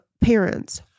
parents